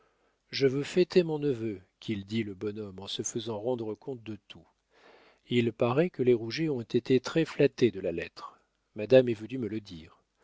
je veux fêter mon neveu qu'il dit le bonhomme en se faisant rendre compte de tout il paraît que les rouget ont été très flattés de la lettre madame est venue me le dire